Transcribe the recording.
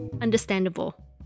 understandable